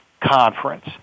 conference